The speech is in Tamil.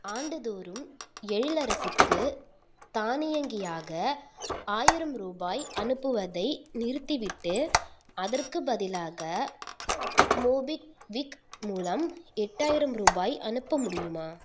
ஆண்டுதோறும் எழிலரசிக்கு தானியங்கியாக ஆயிரம் ரூபாய் அனுப்புவதை நிறுத்திவிட்டு அதற்குப் பதிலாக மோபிக்விக் மூலம் எட்டாயிரம் ரூபாய் அனுப்ப முடியுமா